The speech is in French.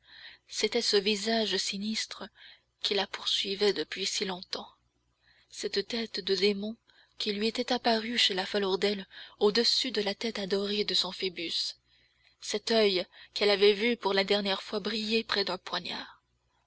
c'était ce visage sinistre qui la poursuivait depuis si longtemps cette tête de démon qui lui était apparue chez la falourdel au-dessus de la tête adorée de son phoebus cet oeil qu'elle avait vu pour la dernière fois briller près d'un poignard